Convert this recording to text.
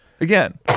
again